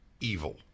evil